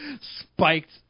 spiked